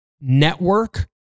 network